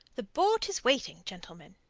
the boat is waiting, gentlemen.